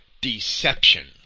deception